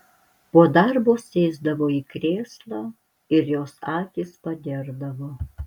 po darbo sėsdavo į krėslą ir jos akys padėrdavo